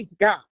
God